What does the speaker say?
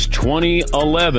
2011